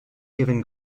given